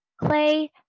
Clay